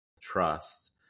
trust